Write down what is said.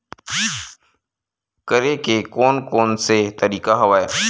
करे के कोन कोन से तरीका हवय?